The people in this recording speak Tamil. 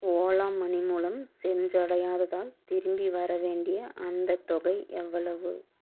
ஓலா மனி மூலம் சென்றடையாததால் திரும்பி வரவேண்டிய அந்தத் தொகை எவ்வளவு